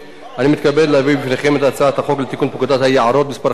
אני מתכבד להביא בפניכם את הצעת החוק לתיקון פקודת היערות (מס' 5),